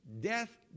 death